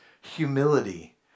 humility